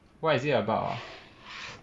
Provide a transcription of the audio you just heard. what is it about ah